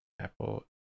Apple